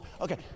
Okay